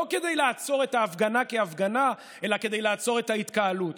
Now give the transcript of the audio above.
לא כדי לעצור את ההפגנה כהפגנה אלא כדי לעצור את ההתקהלות.